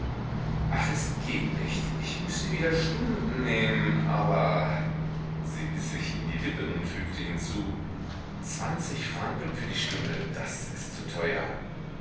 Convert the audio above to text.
ach es geht nicht ich müßte wieder stunden nehmen aber sie biß sich in die lippen und fügte hinzu zwanzig franken für die stunde das ist zu teuer